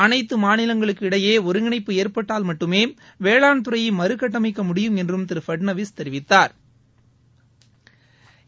அனைத்து மாநிலங்களுக்கு இடையே ஒருங்கிணைப்பு ஏற்பட்டால் மட்டுமே வேளாண் துறையை மறுகட்டமைக்கமுடியும் என்றும் திரு பட்னாவிஸ் தெரிவித்தாா்